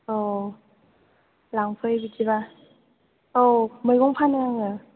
अ लांफै बिदिब्ला औ मैगं फानो आङो